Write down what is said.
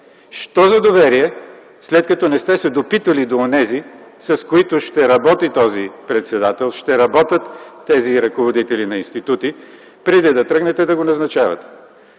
Що за доверие, след като не сте се допитали до онези, с които ще работи този председател, ще работят тези ръководители на институти, преди да тръгнете да го назначавате?